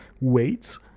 weights